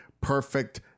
perfect